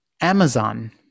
Amazon